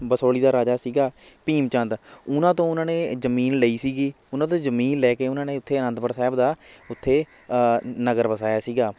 ਬਸੋਲੀ ਦਾ ਰਾਜਾ ਸੀਗਾ ਭੀਮ ਚੰਦ ਉਹਨਾਂ ਤੋਂ ਉਹਨਾਂ ਨੇ ਜ਼ਮੀਨ ਲਈ ਸੀਗੀ ਉਹਨਾਂ ਤੋਂ ਜ਼ਮੀਨ ਲੈ ਕੇ ਉਹਨਾਂ ਨੇ ਉੱਥੇ ਅਨੰਦਪੁਰ ਸਾਹਿਬ ਦਾ ਉੱਥੇ ਨਗਰ ਵਸਾਇਆ ਸੀਗਾ